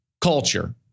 culture